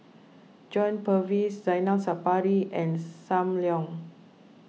John Purvis Zainal Sapari and Sam Leong